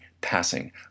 passing